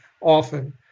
often